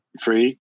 free